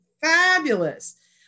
Fabulous